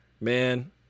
Man